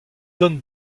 donne